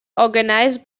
organized